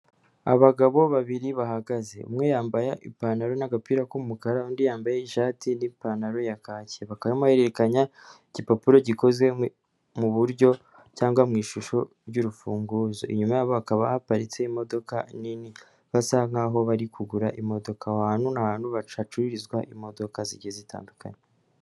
Abagabo babiri bahagaze umwe yambaye ipantaro, n'agapira k'umukara undi yambaye ishati, n'ipantaro yakake bakaba barimo barerekana igipapuro gikoze muburyo cyangwa mu ishusho ry'urufunguzo inyuma yabo hakaba haparitse imodoka nini basa nkaho bari kugura imodoka aho hantu na hantu hacururizwa imodoka zigeye zitandukanye.